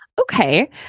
Okay